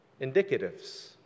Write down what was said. indicatives